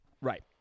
Right